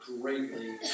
greatly